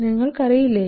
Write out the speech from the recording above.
നിങ്ങൾക്ക് അറിയില്ലേ